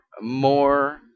more